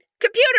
Computer